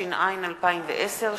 התש"ע 2010,